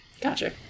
Gotcha